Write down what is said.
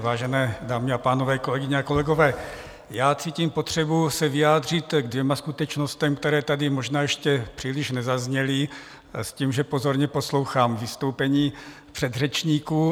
Vážené dámy a pánové, kolegyně a kolegové, cítím potřebu se vyjádřit ke dvěma skutečnostem, které tady možná ještě příliš nezazněly, s tím, že pozorně poslouchám vystoupení předřečníků.